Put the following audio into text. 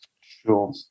Sure